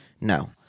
No